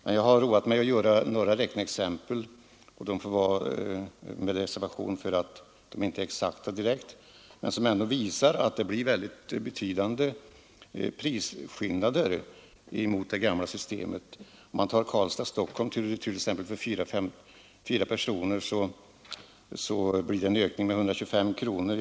Men jag har roat mig med att göra några räkneexempel, med reservation för att de inte är exakta, som visar att det blir betydande prisskillnader jämfört med det gamla systemet. En resa Karlstad—Stockholm tur och retur för fyra fem personer medför en ökning med 125 kronor.